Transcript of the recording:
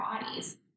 bodies